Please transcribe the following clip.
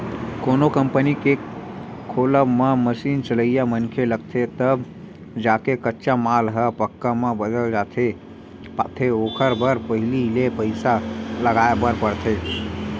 कोनो कंपनी के खोलब म मसीन चलइया मनखे लगथे तब जाके कच्चा माल ह पक्का म बदल पाथे ओखर बर पहिली ले पइसा लगाय बर परथे